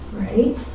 right